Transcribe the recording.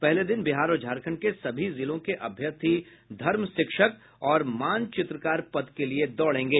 पहले दिन बिहार और झारखंड के सभी जिलों के अभ्यर्थी धर्म शिक्षक और मानचित्रकार पद के लिए दौड़ेंगे